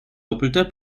doppelter